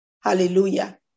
Hallelujah